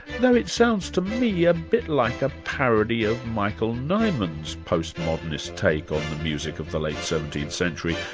though it sounds to me yeah a bit like a parody of michael neiman's post modernist take on the music of the late seventeenth century,